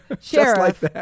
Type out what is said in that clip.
Sheriff